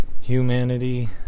Humanity